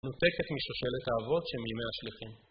מנותקת משושלת האבות שמימי השליחים.